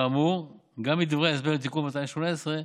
כאמור גם מדברי ההסבר לתיקון 218,